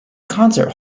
concert